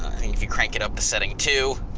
if you crank it up to setting two,